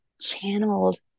channeled